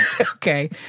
Okay